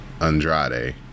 Andrade